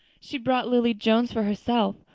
she brought lily jones for herself.